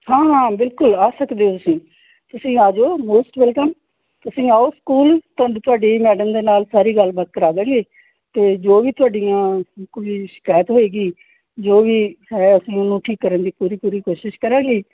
ਹਾਂ ਹਾਂ ਬਿਲਕੁਲ ਆ ਸਕਦੇ ਹੋ ਤੁਸੀਂ ਤੁਸੀਂ ਆ ਜਿਓ ਮੋਸਟ ਵੈਲਕਮ ਤੁਸੀਂ ਆਓ ਸਕੂਲ ਤੁਹਾਨੂੰ ਤੁਹਾਡੀ ਮੈਡਮ ਦੇ ਨਾਲ ਸਾਰੀ ਗੱਲਬਾਤ ਕਰਾ ਦਾਂਗੇ ਅਤੇ ਜੋ ਵੀ ਤੁਹਾਡੀਆਂ ਕੋਈ ਸ਼ਿਕਾਇਤ ਹੋਏਗੀ ਜੋ ਵੀ ਹੈ ਅਸੀਂ ਉਹਨੂੰ ਠੀਕ ਕਰਨ ਦੀ ਪੂਰੀ ਪੂਰੀ ਕੋਸ਼ਿਸ਼ ਕਰਾਂਗੇ